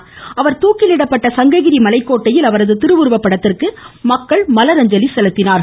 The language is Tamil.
தீரன் சின்னமலை தூக்கிலிடப்பட்ட சங்ககிரி மலைக்கோட்டையில் அவரது திருவுருவப் படத்திற்கு மக்கள் மலரஞ்சலி செலுத்தினார்கள்